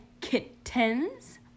kittens